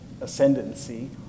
ascendancy